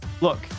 Look